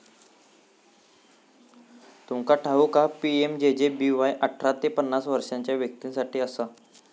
तुमका ठाऊक हा पी.एम.जे.जे.बी.वाय अठरा ते पन्नास वर्षाच्या व्यक्तीं साठी असा